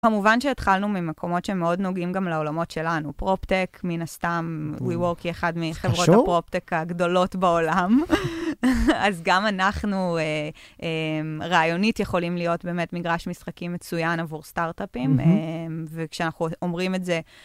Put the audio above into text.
כמובן שהתחלנו ממקומות שהם מאוד נוגעים גם לעולמות שלנו. פרופטק, מן הסתם, ווי ווקי, אחד מחברות הפרופטק הגדולות בעולם. אז גם אנחנו רעיונית יכולים להיות באמת מגרש משחקים מצוין עבור סטארט-אפים. וכשאנחנו אומרים את זה...